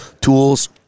tools